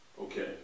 Okay